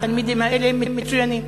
התלמידים האלה מצוינים,